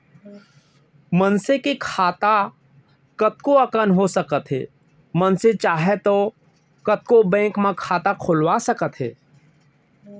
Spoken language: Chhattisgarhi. मनसे के खाता कतको अकन हो सकत हे मनसे चाहे तौ कतको बेंक म खाता खोलवा सकत हे